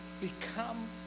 become